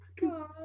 God